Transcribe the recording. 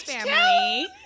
family